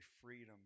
freedom